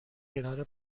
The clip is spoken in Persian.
کنار